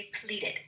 depleted